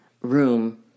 room